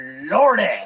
lordy